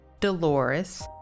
dolores